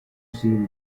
simili